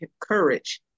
courage